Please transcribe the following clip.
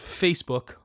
Facebook